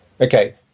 Okay